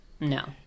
No